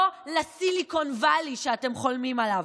לא לסיליקון ואלי שאתם חולמים עליו.